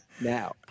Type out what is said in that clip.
now